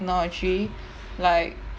no actually like